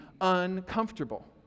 uncomfortable